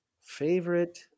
favorite